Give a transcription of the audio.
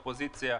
אופוזיציה.